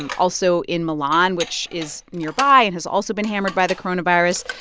and also, in milan, which is nearby and has also been hammered by the coronavirus,